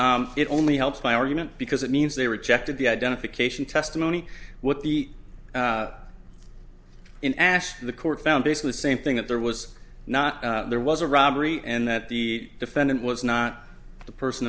it only helps my argument because it means they rejected the identification testimony with the in ask the court found basically the same thing that there was not there was a robbery and that the defendant was not the person